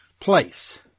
Place